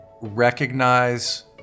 recognize